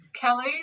Kelly